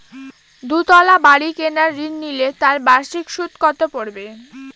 দুতলা বাড়ী কেনার ঋণ নিলে তার বার্ষিক সুদ কত পড়বে?